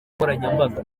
nkoranyambaga